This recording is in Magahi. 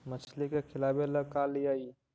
मछली के खिलाबे ल का लिअइ?